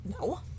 No